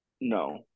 No